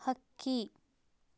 ಹಕ್ಕಿ